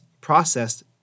processed